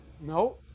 No